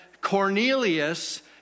Cornelius